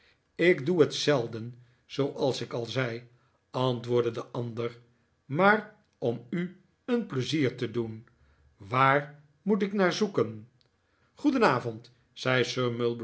ik doe het zelden zooals ik al zei antwoordde de ander maar om u pleizier te doen waar moet ik naar zoeken goedenavond zei sir